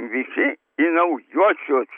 visi į naujuosius